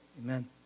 Amen